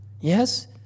Yes